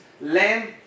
Lamb